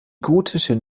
gotischen